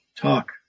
Talk